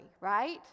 right